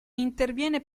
interviene